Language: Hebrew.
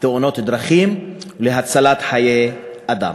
תאונות דרכים ולהצלת חיי אדם.